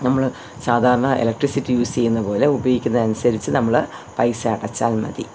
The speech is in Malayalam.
നമ്മൾ സാധാരണ ഇലക്ട്രിസിറ്റി യൂസ് ചെയ്യുന്നത് പോലെ ഉപയോഗിക്കുന്നത് അനുസരിച്ച് നമ്മൾ പൈസ അടച്ചാൽ മതി